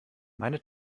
meine